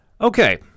Okay